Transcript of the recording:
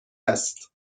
است